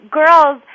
girls